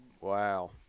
Wow